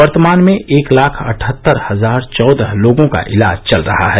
वर्तमान में एक लाख अठहत्तर हजार चौदह लोगों का इलाज चल रहा है